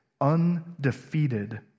undefeated